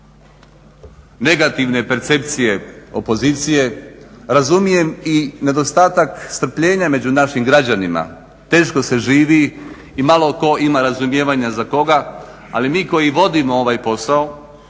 negativne percepcije opozicije, razumijem i nedostatak strpljenja među našim građanima. Teško se živi i vjerojatno malo tko ima razumijevanja za koga, ali mi koji vodimo ovaj posao,